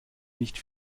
nicht